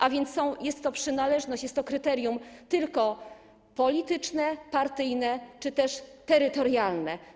A więc jest to przynależność, kryterium jest tylko polityczne, partyjne czy też terytorialne.